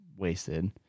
wasted